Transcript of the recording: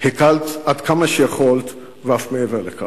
הקלת כמה שיכולת, ואף מעבר לכך.